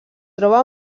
troba